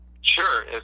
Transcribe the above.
Sure